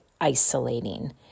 isolating